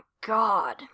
god